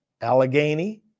Allegheny